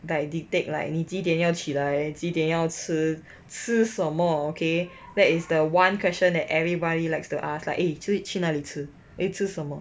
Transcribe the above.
like dictate like 你几点要起来几点要吃吃什么 okay that is the one question that everybody likes to ask like eh 今天去哪里吃 eh 吃什么